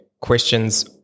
questions